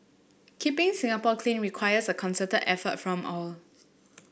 keeping Singapore clean requires a concerted effort from all